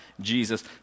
Jesus